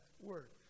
word